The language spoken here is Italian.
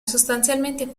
sostanzialmente